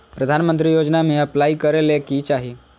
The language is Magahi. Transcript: प्रधानमंत्री योजना में अप्लाई करें ले की चाही?